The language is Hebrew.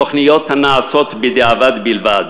תוכניות הנעשות בדיעבד בלבד,